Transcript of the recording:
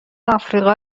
افریقا